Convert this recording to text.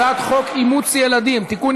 הצעת חוק אימוץ ילדים (תיקון,